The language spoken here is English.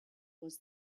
was